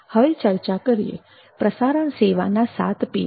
હવે ચર્ચા કરીએ પ્રસારણ સેવાના 7Pની